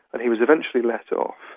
and he was eventually let off.